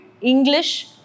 English